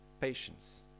Patience